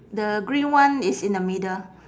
the green one is in the middle